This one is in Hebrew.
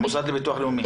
המוסד לביטוח הלאומי.